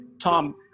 Tom